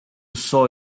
saw